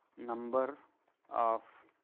number of